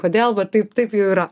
kodėl va taip taip jau yra